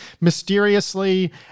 mysteriously